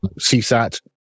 CSAT